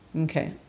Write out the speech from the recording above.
Okay